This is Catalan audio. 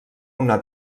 una